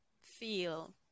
feel